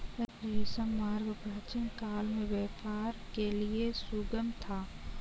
रेशम मार्ग प्राचीनकाल में व्यापार के लिए सुगम था